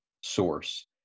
source